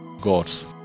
God's